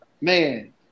Man